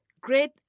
great